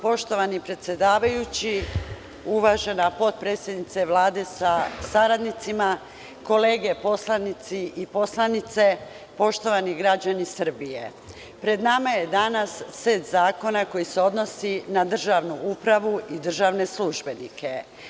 Poštovani predsedavajući, uvažena potpredsednice Vlade sa saradnicima, kolege poslanici i poslanice, poštovani građani Srbije, pred nama je danas set zakona koji se odnosi na državnu upravu i državne službenike.